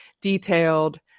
detailed